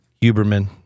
Huberman